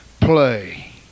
play